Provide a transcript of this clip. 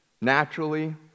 naturally